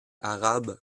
arabe